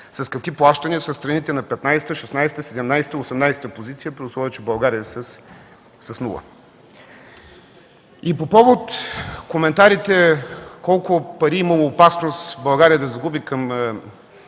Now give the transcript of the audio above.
с какви плащания са страните на 15, 16, 17 и 18-а позиция, при условие че България е с нула? И по повод коментарите колко пари е имало опасност България да загуби към